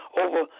over